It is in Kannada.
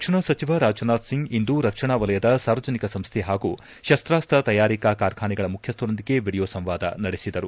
ರಕ್ಷಣಾ ಸಚಿವ ರಾಜನಾಥ್ ಸಿಂಗ್ ಇಂದು ರಕ್ಷಣಾ ವಲಯದ ಸಾರ್ವಜನಿಕ ಸಂಸ್ಟೆ ಹಾಗೂ ಶಸ್ತಾಸ್ತ ತಯಾರಿಕಾ ಕಾರ್ಖಾನೆಗಳ ಮುಖ್ವಸ್ತರೊಂದಿಗೆ ವಿಡಿಯೋ ಸಂವಾದ ನಡೆಸಿದರು